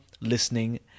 listening